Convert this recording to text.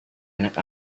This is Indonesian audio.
anak